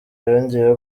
yongeye